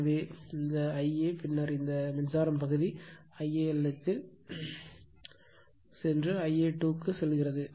எனவே இந்த ஐஏ பின்னர் இந்த மின்சாரம் பகுதி Ia 1 க்கு சென்று Ia 2 க்கு செல்கிறது